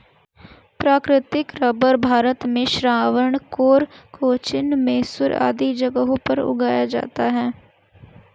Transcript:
प्राकृतिक रबर भारत में त्रावणकोर, कोचीन, मैसूर आदि जगहों पर उगाया जाता है